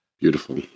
Beautiful